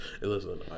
Listen